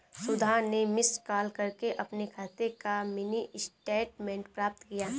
सुधा ने miss call करके अपने खाते का मिनी स्टेटमेंट प्राप्त किया